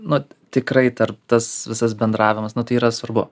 nu tikrai tarp tas visas bendravimas nu tai yra svarbu